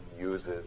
uses